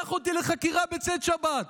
קח אותי לחקירה בצאת שבת,